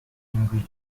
english